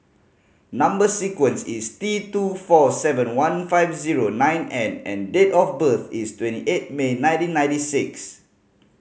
number sequence is T two four seven one five zero nine N and date of birth is twenty eight May nineteen ninety six